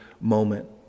moment